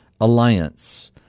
Alliance